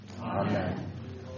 Amen